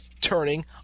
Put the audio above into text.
turning